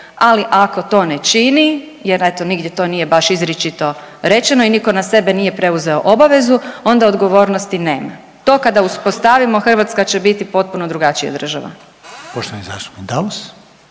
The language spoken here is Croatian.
ali ako to ne čini jer eto nigdje to nije baš izričito rečeno i niko na sebe nije preuzeo obavezu onda odgovornosti nema. To kada uspostavimo Hrvatska će biti potpuno drugačija država. **Reiner, Željko